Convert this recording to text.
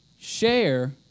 share